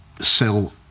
sell